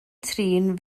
trin